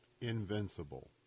invincible